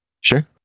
Sure